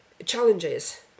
challenges